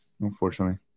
unfortunately